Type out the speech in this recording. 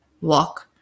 walk